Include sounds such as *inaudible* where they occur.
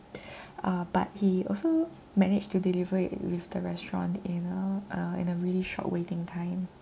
*breath* uh but he also managed to deliver it with the restaurant you know uh in a really short waiting time